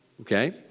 okay